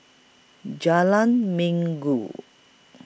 Jalan Minggu